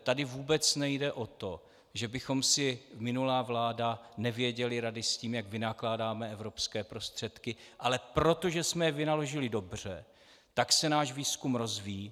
Tady vůbec nejde o to, že bychom si, minulá vláda, nevěděli rady s tím, jak vynakládáme evropské prostředky, ale protože jsme je vynaložili dobře, tak se náš výzkum rozvíjí.